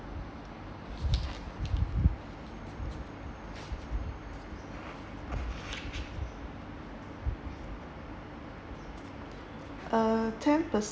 uh ten